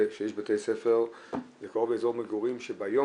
שיש בתי ספר וקרוב לאזור מגורים שביום,